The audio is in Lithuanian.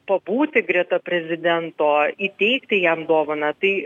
pabūti greta prezidento įteikti jam dovaną tai